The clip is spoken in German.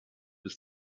ist